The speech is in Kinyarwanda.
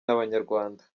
n’abanyarwanda